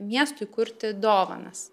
miestui kurti dovanas